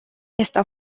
está